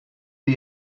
sie